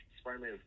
Spider-Man